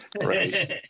Right